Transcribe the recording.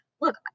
look